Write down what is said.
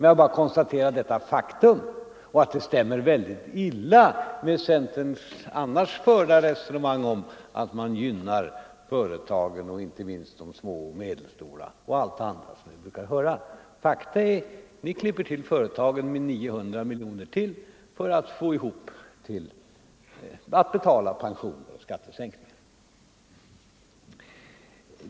Jag bara konstaterar detta faktum och att det stämmer väldigt illa med centerns annars förda resonemang om att man gynnar företagen —- inte minst de små och medelstora — och allt det andra vi brukar få höra. Faktum är att ni klipper till företagen med 900 miljoner kronor till för att kunna betala pensioner och skattesänkningar.